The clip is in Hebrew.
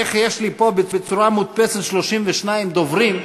איך יש לי פה בצורה מודפסת 32 דוברים?